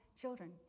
children